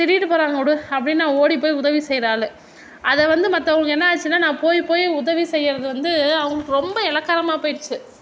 திட்டிவிட்டு போகிறாங்க விடு அப்படின்னு நான் ஓடி போய் உதவி செய்கிற ஆள் அதை வந்து மற்றவங்களுக்கு என்ன ஆச்சுன்னா நான் போய் போய் உதவி செய்கிறது வந்து அவங்களுக்கு ரொம்ப எளக்காரமாக போய்டிச்சி